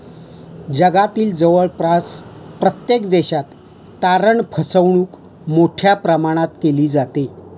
जगातील जवळपास प्रत्येक देशात तारण फसवणूक मोठ्या प्रमाणात केली जाते